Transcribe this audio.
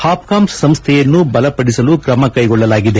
ಹಾಪ್ಕಾಮ್ಸ್ ಸಂಸ್ಡೆಯನ್ನು ಬಲಪಡಿಸಲು ಕ್ರಮಕೈಗೊಳ್ಳಲಾಗಿದೆ